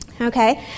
Okay